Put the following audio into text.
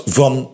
van